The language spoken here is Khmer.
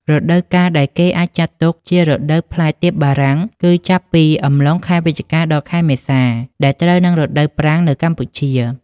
រដូវកាលដែលគេអាចចាត់ទុកជា រដូវផ្លែទៀបបារាំង គឺចាប់ពី អំឡុងខែវិច្ឆិកា ដល់ខែមេសា ដែលត្រូវនឹងរដូវប្រាំងនៅកម្ពុជា។